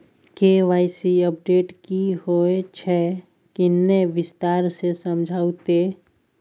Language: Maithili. के.वाई.सी अपडेट की होय छै किन्ने विस्तार से समझाऊ ते?